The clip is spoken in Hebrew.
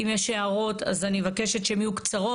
אם יש הערות אז אני מבקשת שהן יהיו קצרות.